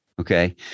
okay